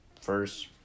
first